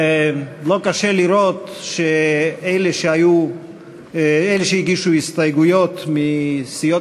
לא קשה לראות שאלה שהגישו הסתייגויות מסיעות